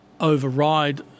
override